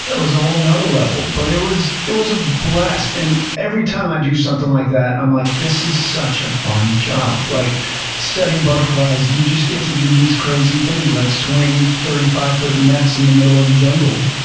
was a whole and other level. but it was it was a blast and every time i do something like that i'm like, this is such a fun job! like studying butterflies, you just get to do these crazy things like swing thirty five foot and nets in the middle of the jungle.